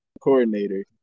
coordinator